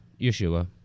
yeshua